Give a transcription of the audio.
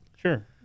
Sure